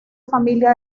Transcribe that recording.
familia